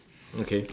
okay